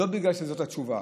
לא בגלל שזאת התשובה.